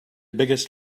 biggest